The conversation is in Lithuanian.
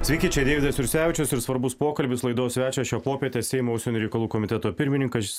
sveiki čia deividas jursevičius ir svarbus pokalbis laidos svečio šio popietę seimo užsienio reikalų komiteto pirmininkas